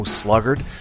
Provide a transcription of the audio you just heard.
sluggard